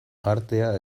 artea